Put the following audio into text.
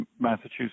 Massachusetts